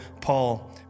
Paul